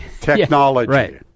technology